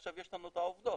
עכשיו יש לנו את העובדות.